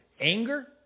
anger